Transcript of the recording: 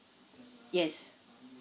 yes